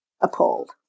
appalled